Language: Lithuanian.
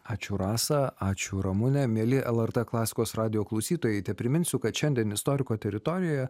ačiū rasa ačiū ramune mieli lrt klasikos radijo klausytojai tepriminsiu kad šiandien istoriko teritorijoje